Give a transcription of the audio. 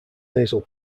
nasal